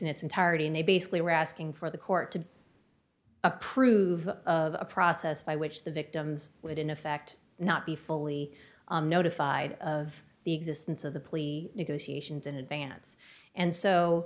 in its entirety and they basically were asking for the court to approve of a process by which the victims would in effect not be fully notified of the existence of the plea negotiations in advance and so